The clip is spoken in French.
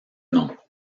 nom